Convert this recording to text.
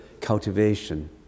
cultivation